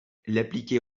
l’appliquer